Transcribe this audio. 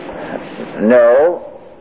No